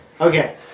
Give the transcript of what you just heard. Okay